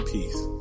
Peace